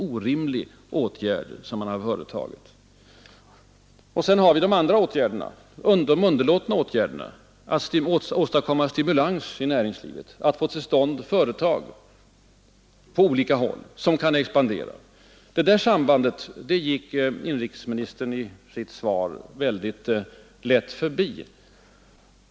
Och inte blir det bättre av att regeringen underlåtit vidtaga åtgärder för att åstadkomma allmän stimulans i näringslivet, att få till stånd företag på olika håll, företag som kan expandera. Detta samband gick inrikesministern i sitt svar lätt förbi.